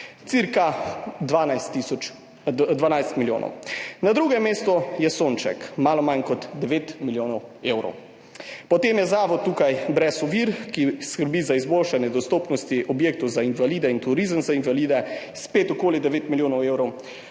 Cirka 12 milijonov. Na drugem mestu je Sonček, malo manj kot 9 milijonov evrov. Potem je zavod Brez ovir, ki skrbi za izboljšanje dostopnosti objektov za invalide in turizem za invalide, spet okoli 9 milijonov evrov.